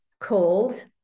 called